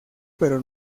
pero